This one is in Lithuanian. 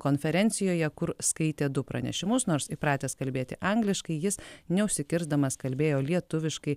konferencijoje kur skaitė du pranešimus nors įpratęs kalbėti angliškai jis neužsikirsdamas kalbėjo lietuviškai